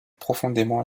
profondément